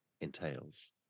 entails